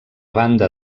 banda